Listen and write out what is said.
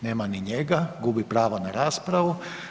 Nema ni njega, gubi pravo na raspravu.